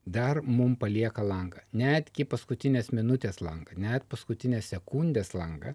dar mum palieka langą netgi paskutinės minutės langą net paskutinės sekundės langą